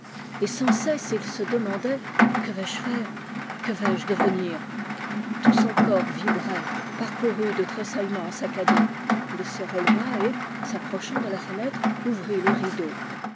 et sans cesse il se demandait que vais-je faire que vais-je devenir tout son corps vibrait parcouru de tressaillements saccadés il se releva et s'approchant de la fenêtre ouvrit les rideaux